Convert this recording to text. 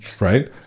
right